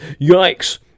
Yikes